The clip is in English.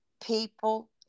people